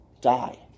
die